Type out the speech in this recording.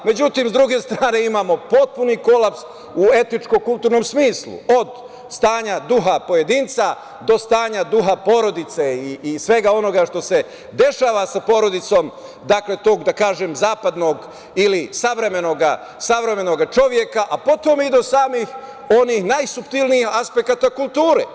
Međutim, sa druge strane imamo potpuni kolaps u etnički-kulturnom smislu od stanja duha pojedinca, do stanja duha porodice i svega onoga što se dešava sa porodicom, tog, da kažem, zapadnog ili savremenog čoveka, a potom i do samih onih najsuptilnijih aspekata kulture.